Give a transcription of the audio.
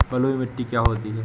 बलुइ मिट्टी क्या होती हैं?